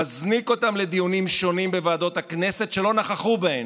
מזניק אותם לדיונים שונים בוועדות הכנסת שלא נכחו בהן,